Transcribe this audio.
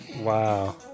Wow